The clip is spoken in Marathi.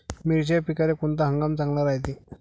मिर्चीच्या पिकाले कोनता हंगाम चांगला रायते?